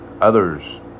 Others